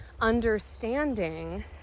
understanding